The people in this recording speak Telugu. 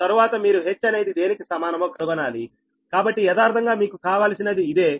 తరువాత మీరు h అనేది దేనికి సమానమో కనుగొనాలి కాబట్టి యదార్ధంగా మీకు కావలసినది ఇదే